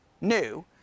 New